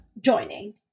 joining